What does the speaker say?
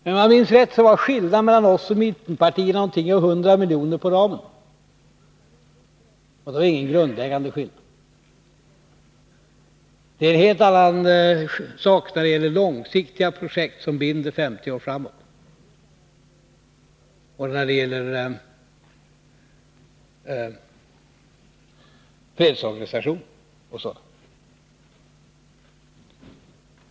Men om jag minns rätt var skillnaden mellan oss och mittenpartierna i fråga om kostnadsramen omkring 100 milj.kr. Det var alltså ingen grundläggande skillnad. Det är en helt annan sak när det gäller långsiktiga projekt, som är bindande 50 år framåt, och när det gäller fredsorganisationer och sådant.